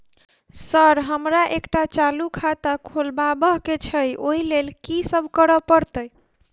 Sir हमरा एकटा चालू खाता खोलबाबह केँ छै ओई लेल की सब करऽ परतै?